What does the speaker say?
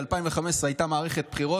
ב-2015 הייתה מערכת בחירות,